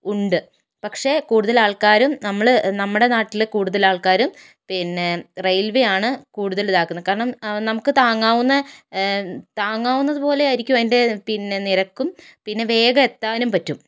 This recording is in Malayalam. ഉണ്ട് പക്ഷേ കൂടുതൽ ആൾക്കാരും നമ്മളെ നമ്മുടെ നാട്ടിലെ കൂടുതൽ ആൾക്കാരും പിന്നെ റെയിൽ വേയാണ് കൂടുതൽ ഇതാക്കുന്നത് കാരണം നമുക്ക് താങ്ങാവുന്ന താങ്ങാവുന്നതുപോലെ ആയിരിക്കും അതിൻ്റെ പിന്നെ നിരക്കും പിന്നെ വേഗം എത്താനും പറ്റും